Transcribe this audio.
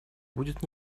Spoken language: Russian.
будет